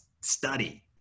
study